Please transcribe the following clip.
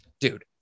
Dude